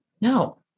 no